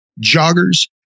joggers